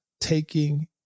taking